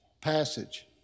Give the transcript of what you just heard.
passage